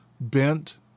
bent